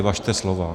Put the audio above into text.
Važte slova.